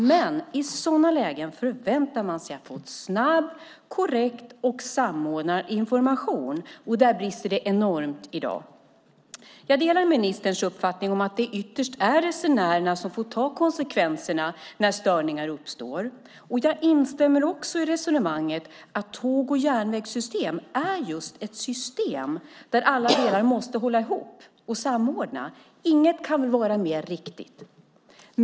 Men i sådana lägen förväntar man sig att få snabb, korrekt och samordnad information, och där brister det enormt i dag. Jag delar ministerns uppfattning att det ytterst är resenärerna som får ta konsekvenserna när störningar uppstår. Jag instämmer också i resonemanget att tåg och järnvägssystemet är just ett system där alla delar måste hållas ihop och samordnas. Inget kan väl vara mer riktigt.